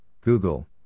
Google